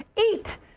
eat